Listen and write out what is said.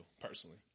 personally